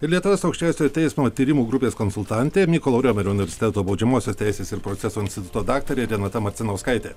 ir lietuvos aukščiausiojo teismo tyrimų grupės konsultantė mykolo romerio universiteto baudžiamosios teisės ir proceso instituto daktarė renata marcinauskaitė